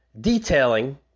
detailing